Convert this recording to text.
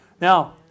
Now